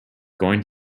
going